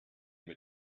mit